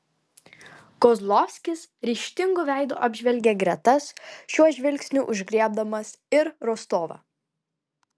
kozlovskis ryžtingu veidu apžvelgė gretas šiuo žvilgsniu užgriebdamas ir rostovą